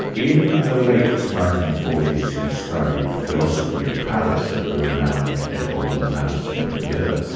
in the late nineteen forty s he studied philosophy in paris at the renowned ecole normale superieure.